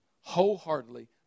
wholeheartedly